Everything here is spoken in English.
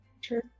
Sure